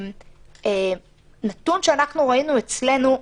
נתון שראינו אצלנו,